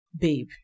babe